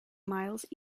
miles